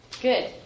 Good